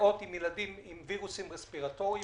מלאות בילדים עם וירוסים רספירטוריים,